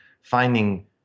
finding